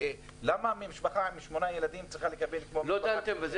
למה משפחה עם שמונה ילדים צריכה לקבל כמו משפחה עם שישה?